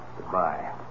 goodbye